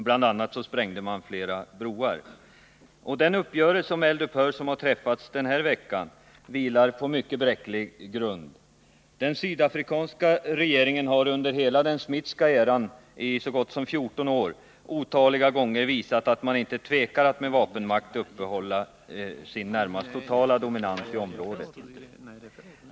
Bl.a. sprängdes flera broar. Den uppgörelse om eld upphör som har träffats den här veckan vilar på mycket bräcklig grund. Den sydafrikanska regeringen har under hela den Smithska eran — så gott som 14 år — otaliga gånger visat att man inte tvekar att med vapenmakt uppehålla sin närmast totala dominans i området.